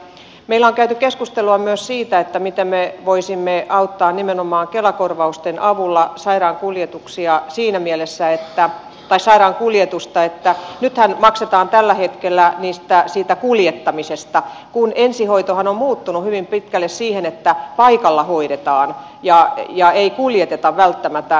meillä on käyty keskustelua myös siitä miten me voisimme auttaa nimenomaan kela korvausten avulla sairaankuljetusta siinä mielessä että nythän maksetaan tällä hetkellä siitä kuljettamisesta kun ensihoitohan on muuttunut hyvin pitkälle siihen että paikalla hoidetaan eikä kuljeteta välttämättä